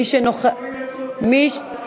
מוריד.